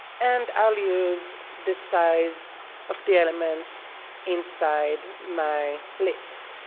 and i'll use this size of the elements inside my list.